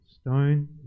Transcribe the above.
stone